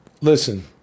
listen